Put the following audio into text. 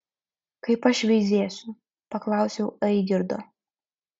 kaip aš veizėsiu paklausiau aigirdo